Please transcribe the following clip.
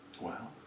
Wow